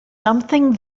something